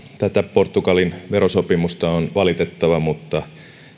portugalin verosopimusta on valitettava mutta